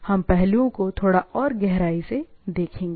हम पहलुओं को थोड़ा और गहराई से देखेंगे